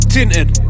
Tinted